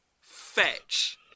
Fetch